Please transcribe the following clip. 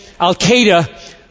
Al-Qaeda